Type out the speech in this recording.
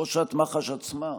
ראשת מח"ש עצמה,